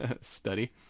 study